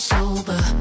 Sober